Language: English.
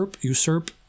usurp